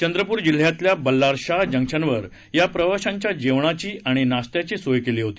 चंद्रपूर जिल्ह्यातल्या बल्लारशाहा जंक्शनवर या प्रवाशांच्या जेवणाची आणि नाश्त्याची सोय केली होती